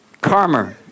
Karma